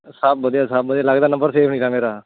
ਸਭ ਵਧੀਆ ਸਭ ਵਧੀਆ ਲੱਗਦਾ ਨੰਬਰ ਸੇਵ ਨੀਗਾ ਮੇਰਾ